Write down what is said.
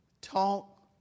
talk